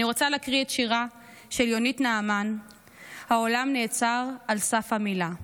אני רוצה להקריא את שירה של יונית נעמן "העולם נעצר על סף המילה":